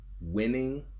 winning